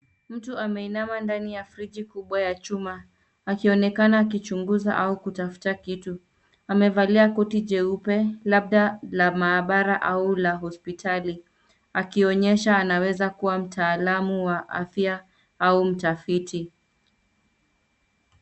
Mtu ameinama ndani ya friji kubwa ya chuma akionekana akichunguza au kutafuta kitu. Amevalia koti jeupe labda la maabara au la hospitali akionyesha anaweza kuwa mtaalamu wa afya au mtafiti.